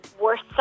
worst